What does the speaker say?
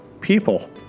people